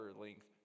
length